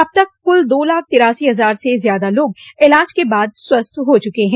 अब तक कुल दो लाख तिरासी हजार से अधिक लोग इलाज के बाद स्वथ्य हो चुके हैं